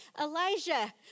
Elijah